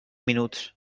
minuts